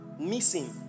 missing